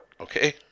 Okay